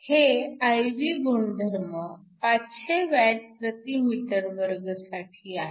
हे I V गुणधर्म 500Wm2 साठी आहेत